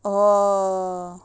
oh